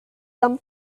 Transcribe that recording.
them